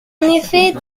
effet